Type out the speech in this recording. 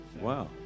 Wow